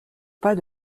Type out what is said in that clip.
pas